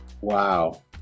wow